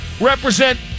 represent